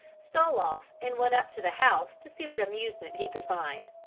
stole off and went up to the house to see what amusement he could find.